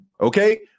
Okay